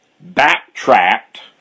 backtracked